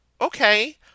okay